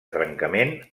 trencament